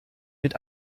mit